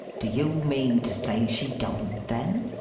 do you mean to say she don't, then?